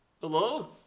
Hello